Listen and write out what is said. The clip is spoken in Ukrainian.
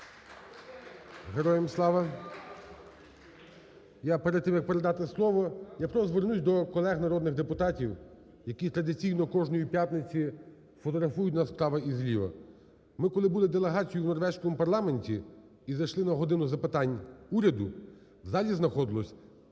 Героям слава! Я перед тим, як передати слово, я просто звернусь до колег народних депутатів, які традиційно кожної п'ятниці фотографують нас справа і зліва. Ми коли були делегацією у норвезькому парламенті і зайшли на "годину запитань до Уряду", в залі знаходилось 3